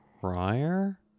prior